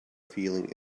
feeling